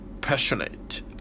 passionate